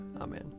Amen